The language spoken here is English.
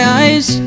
eyes